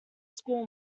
school